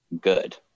good